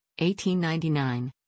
1899